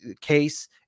case